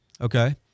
okay